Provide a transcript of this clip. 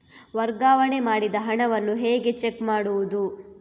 ವರ್ಗಾವಣೆ ಮಾಡಿದ ಹಣವನ್ನು ಹೇಗೆ ಚೆಕ್ ಮಾಡುವುದು?